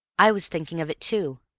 i was thinking of it too.